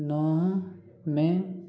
ନଅ ମେ